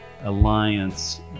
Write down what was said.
Alliance